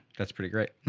that's pretty great. and